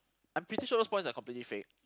I'm pretty sure those points are completely fake